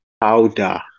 powder